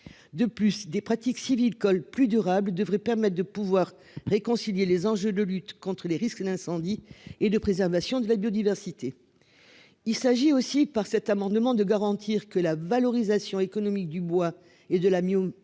De plus, des pratiques civils colle plus durable devrait permettre de pouvoir réconcilier les enjeux de lutte contre les risques d'incendie et de préservation de la biodiversité. Il s'agit aussi par cet amendement de garantir que la valorisation économique Dubois et de la biomasse